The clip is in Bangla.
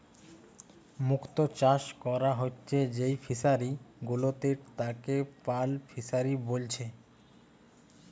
মুক্ত চাষ কোরা হচ্ছে যেই ফিশারি গুলাতে তাকে পার্ল ফিসারী বলছে